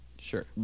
Sure